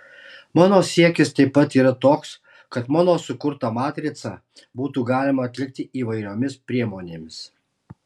mano siekis taip pat yra toks kad mano sukurtą matricą būtų galima atlikti įvairiomis priemonėmis